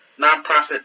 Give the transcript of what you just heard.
nonprofit